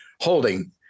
holding